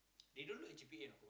they don't look at G_P you know